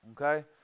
okay